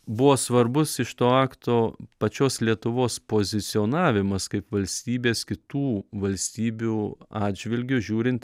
buvo svarbus iš to akto pačios lietuvos pozicionavimas kaip valstybės kitų valstybių atžvilgiu žiūrint